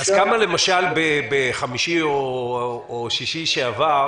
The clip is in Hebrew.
למשל בחמישי או שישי שעבר